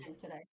today